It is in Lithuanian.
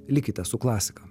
likite su klasika